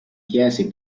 chiese